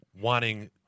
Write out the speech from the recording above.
wanting